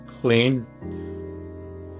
clean